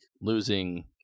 losing